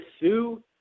Sue